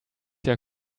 your